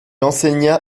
enseigna